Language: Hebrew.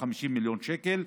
50 מיליון שקל,